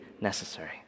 necessary